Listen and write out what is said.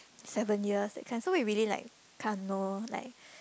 seven years that kind so we really like kinda know like